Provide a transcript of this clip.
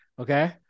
okay